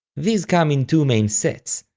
these come in two main sets,